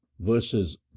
verses